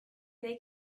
they